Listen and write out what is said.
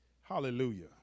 Hallelujah